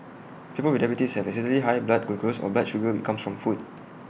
people with diabetes have excessively high blood glucose or blood sugar comes from food